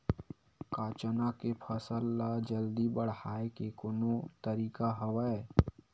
का चना के फसल ल जल्दी बढ़ाये के कोनो तरीका हवय?